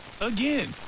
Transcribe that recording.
Again